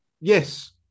Yes